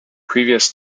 previous